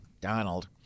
Donald